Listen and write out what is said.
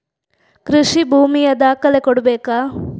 ಕೃಷಿ ಭೂಮಿಯ ದಾಖಲೆ ಕೊಡ್ಬೇಕಾ?